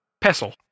Pestle